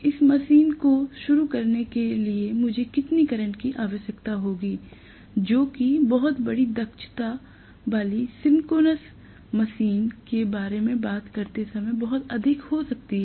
इस मशीन को शुरू करने के लिए मुझे कितनी करंट की आवश्यकता होगी जो कि बहुत बड़ी क्षमता वाली सिंक्रोनस मोटर के बारे में बात करते समय बहुत अधिक हो सकती है